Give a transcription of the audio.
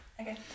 Okay